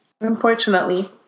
Unfortunately